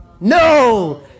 no